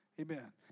Amen